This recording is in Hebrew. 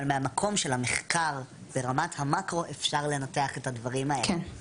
אבל מהמקום של המחקר ברמת המקרו אפשר לנתח את הדברים האלה.